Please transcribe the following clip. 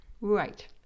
Right